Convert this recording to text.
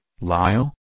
Lyle